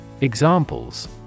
Examples